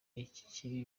ibiki